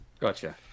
gotcha